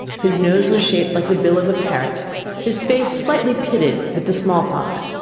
his nose was shaped like the bill of a parrot his face slightly pitted with the smallpox,